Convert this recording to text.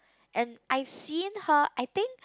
and I've seen her I think